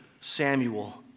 Samuel